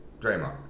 Draymond